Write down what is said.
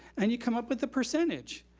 and you come up with the percentage.